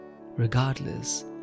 regardless